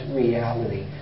reality